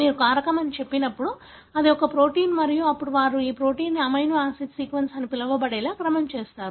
మీరు కారకం అని చెప్పినప్పుడు అది ఒక ప్రోటీన్ మరియు అప్పుడు వారు ఈ ప్రోటీన్ను అమైనో యాసిడ్ సీక్వెన్స్ అని పిలవబడేలా క్రమం చేస్తారు